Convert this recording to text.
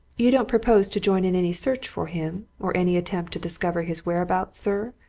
you don't propose to join in any search for him or any attempt to discover his whereabouts, sir?